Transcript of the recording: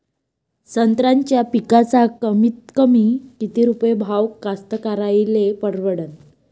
संत्र्याचा पिकाचा कमीतकमी किती रुपये भाव कास्तकाराइले परवडन?